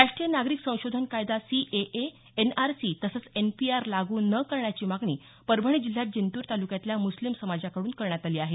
राष्ट्रीय नागरिक संशोधन कायदा सीएए एनआरसी तसंच एनपीआर लागू न करण्याची मागणी परभणी जिल्ह्यात जिंतूर तालुक्यातल्या मुस्लिम समाजाकडून करण्यात आली आहे